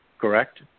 correct